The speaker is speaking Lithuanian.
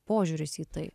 požiūris į tai